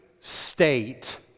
state